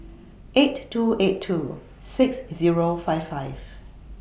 eight two eight two six Zero five five